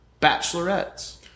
bachelorettes